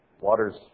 Water's